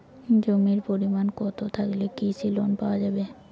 জমির পরিমাণ কতো থাকলে কৃষি লোন পাওয়া যাবে?